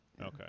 okay